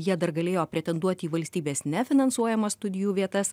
jie dar galėjo pretenduot į valstybės nefinansuojamas studijų vietas